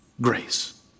grace